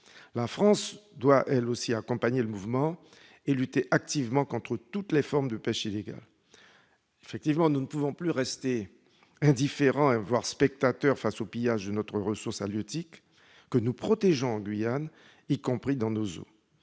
La France doit, elle aussi, accompagner ce mouvement et lutter activement contre toutes les formes de pêche illégale. Nous ne pouvons plus rester indifférents, voire spectateurs, face au pillage de notre ressource halieutique, y compris dans les eaux